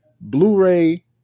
Blu-ray